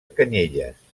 canyelles